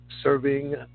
serving